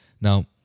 Now